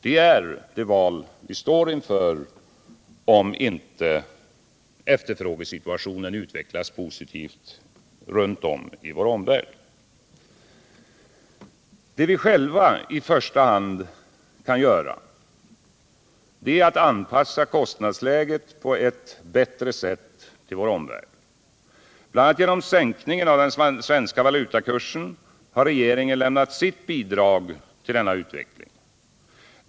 Det är det val vi står inför om inte efterfrågesituationen 165 utvecklas positivt runt om i vår omvärld. Det vi själva i första hand kan göra är att anpassa kostnadsläget på ett bättre sätt till vår omvärld. Genom bl.a. sänkningen av den svenska valutakursen har regeringen lämnat sitt bidrag till denna utveckling.